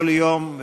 כל יום,